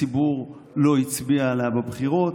הציבור לא הצביע עליה בבחירות.